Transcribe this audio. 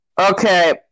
Okay